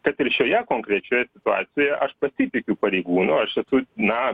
taip ir šioje konkrečioje situacijoje aš pasitikiu pareigūnu aš esu na